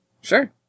Sure